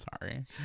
sorry